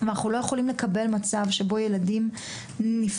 ואנחנו לא יכולים לקבל מצב שבו ילדים נפגעים